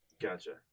gotcha